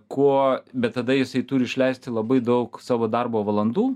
kuo bet tada jisai turi išleisti labai daug savo darbo valandų